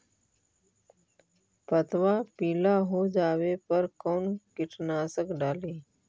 पतबा पिला हो जाबे पर कौन कीटनाशक डाली?